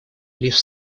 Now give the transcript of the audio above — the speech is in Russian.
лишь